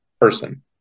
person